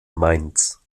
mainz